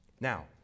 Now